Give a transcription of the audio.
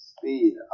speed